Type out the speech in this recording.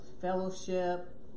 fellowship